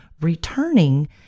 returning